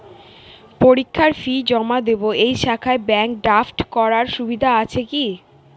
পরীক্ষার ফি জমা দিব এই শাখায় ব্যাংক ড্রাফট করার সুবিধা আছে কি?